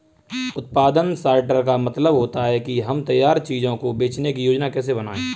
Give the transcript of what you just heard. उत्पादन सॉर्टर का मतलब होता है कि हम तैयार चीजों को बेचने की योजनाएं कैसे बनाएं